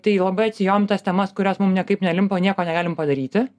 tai labai atsijojom tas temas kurios mum niekaip nelimpa nieko negalim padaryti